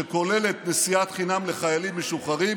שכוללת נסיעת חינם לחיילים משוחררים